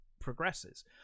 progresses